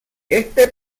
éste